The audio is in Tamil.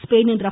ஸ்பெயினின் ர